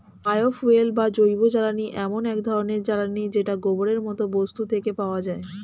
bio fuel বা জৈবজ্বালানী এমন এক ধরণের জ্বালানী যেটা গোবরের মতো বস্তু থেকে পাওয়া যায়